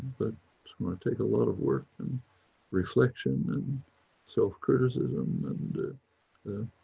but it's going to take a lot of work and reflection and self criticism and ah